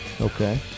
Okay